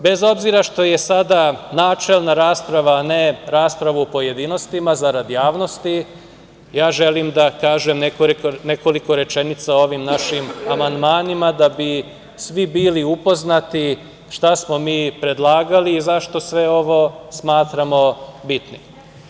Bez obzira što je sada načelna rasprava, a ne rasprava u pojedinostima, zarad javnosti, ja želim da kažem nekoliko rečenica o ovim našim amandmanima da bi svi bili upoznati šta smo mi predlagali i zašto sve ovo smatramo bitnim.